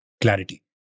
clarity